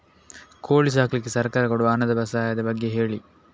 ಕೋಳಿ ಸಾಕ್ಲಿಕ್ಕೆ ಸರ್ಕಾರ ಕೊಡುವ ಹಣದ ಸಹಾಯದ ಬಗ್ಗೆ ಹೇಳಿ